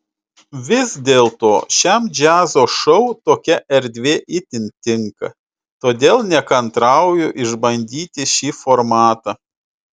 vis dėlto šiam džiazo šou tokia erdvė itin tinka todėl nekantrauju išbandyti šį formatą